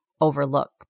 overlook